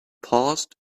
paused